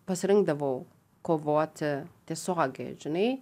pasirinkdavau kovoti tiesiogiai žinai